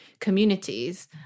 communities